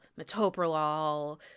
Metoprolol